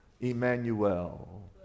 Emmanuel